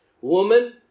Woman